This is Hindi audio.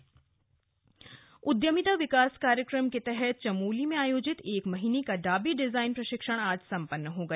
डाबी डिजाइन प्रशिक्षण उद्यमिता विकास कार्यक्रम के तहत चमोली में आयोजित एक महीने का डाबी डिजाइन प्रशिक्षण आज संपन्न हो गया